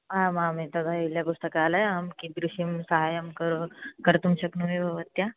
आम् आम् एतद् अहिल्यापुस्तकालयः अहं कीदृशं सहाय्यं करोमि कर्तुं शक्नोमि भवत्याः